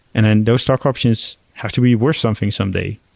and and those stock options have to be worth something someday,